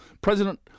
President